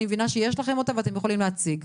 אני מבינה שיש לכם ואתם יכולים להציג.